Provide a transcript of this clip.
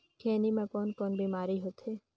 खैनी म कौन कौन बीमारी होथे?